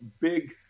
big